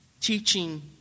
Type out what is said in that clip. teaching